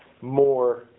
more